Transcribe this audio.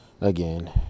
again